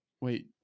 wait